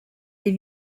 des